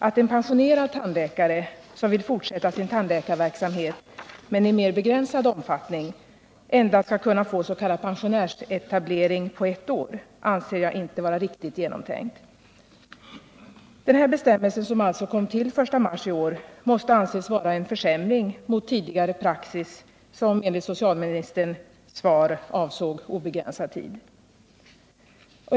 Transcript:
Att en pensionerad tandläkare som vill fortsätta sin tandläkarverksamhet, men i mer begränsad omfattning, endast skall kunna få s.k. pensionärsetablering på ett år anser jag inte vara riktigt genomtänkt. Denna bestämmelse, som alltså kom till den 1 mars i år, måste anses vara en försämring mot tidigare praxis, som enligt socialministerns svar avsåg obegränsad tid.